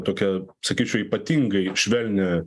tokią sakyčiau ypatingai švelnią